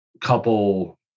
couple